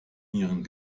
nieren